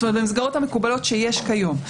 במסגרות המקובלות שיש כיום.